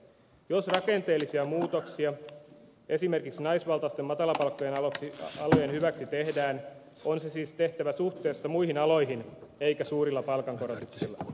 jos rakenteellisia muutoksia esimerkiksi naisvaltaisten matalapalkka alojen hyväksi tehdään on ne siis tehtävä suhteessa muihin aloihin eikä suurilla palkankorotuksilla